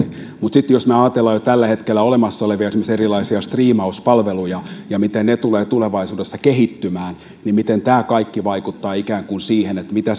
mutta sitten jos ajatellaan jo tällä hetkellä olemassa olevia esimerkiksi erilaisia striimauspalveluja ja sitä miten ne tulevat tulevaisuudessa kehittymään niin miten tämä kaikki vaikuttaa siihen mitä